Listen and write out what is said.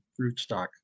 Rootstock